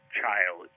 child